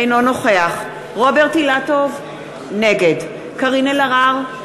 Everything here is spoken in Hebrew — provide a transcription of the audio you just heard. אינו נוכח רוברט אילטוב, נגד קארין אלהרר,